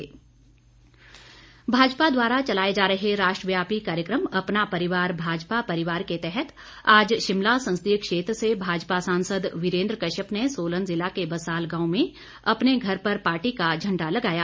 वीरेंद्र कश्यप भाजपा द्वारा चलाए जा रहे राष्ट्र व्यापी कार्यक्रम अपना परिवार भाजपा परिवार के तहत आज शिमला संसदीय क्षेत्र से भाजपा सांसद वीरेंद्र कश्यप ने सोलन ज़िला के बसाल गांव में अपने घर पर पार्टी का झंडा लगाया